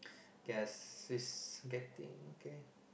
yes getting there okay